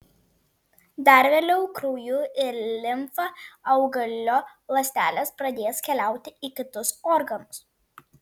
dar vėliau krauju ir limfa auglio ląstelės pradės keliauti į kitus organus